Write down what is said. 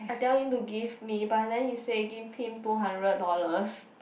I tell him to give me but then he say give him two hundred dollars